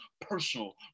personal